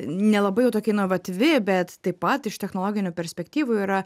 nelabai jau tokia inovatyvi bet taip pat iš technologinių perspektyvų yra